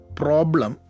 problem